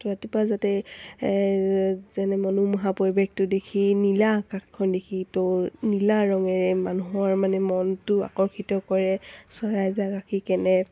ৰাতিপুৱা যাতে যেনে মনোমোহা পৰিৱেশটো দেখি নীলা আকাশখন দেখি তো নীলা ৰঙেৰে মানুহৰ মানে মনটো আকৰ্ষিত কৰে চৰাইজাক আঁকি কেনে